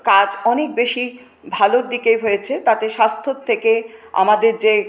কাজ অনেক বেশি ভালোর দিকে হয়েছে তাতে স্বাস্থ্যর থেকে আমাদের যে